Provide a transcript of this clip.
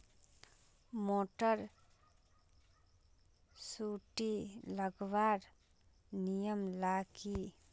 Motor सुटी लगवार नियम ला की?